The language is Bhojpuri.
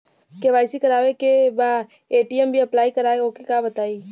के.वाइ.सी करावे के बा ए.टी.एम अप्लाई करा ओके बताई?